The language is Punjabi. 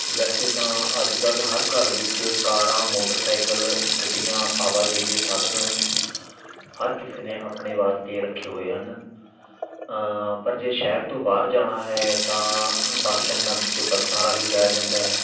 ਵੈਸੇ ਤਾਂ ਅੱਜ ਕੱਲ੍ਹ ਹਰ ਘਰ ਵਿੱਚ ਕਾਰਾਂ ਮੋਟਰਸਾਈਕਲ ਗੱਡੀਆਂ ਆਵਾਜਾਈ ਦੇ ਸਾਧਨ ਹਰ ਕਿਸੇ ਨੇ ਆਪਣੇ ਵਾਸਤੇ ਰੱਖੇ ਹੋਏ ਹਨ ਪਰ ਜੇ ਸ਼ਹਿਰ ਤੋਂ ਬਾਹਰ ਜਾਣਾ ਹੈ ਤਾਂ ਬੱਸ ਸਟੈਂਡਾਂ ਵਿੱਚੋਂ ਬੱਸਾਂ ਰਾਹੀ ਜਾਇਆ ਜਾਂਦਾ ਹੈ